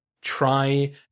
try